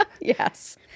Yes